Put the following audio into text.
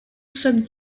suck